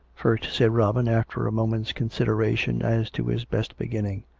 first, said robin, after a moment's consideration as to his best beginning,